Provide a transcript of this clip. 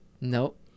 Nope